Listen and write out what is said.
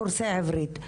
קורסי עברית.